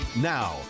Now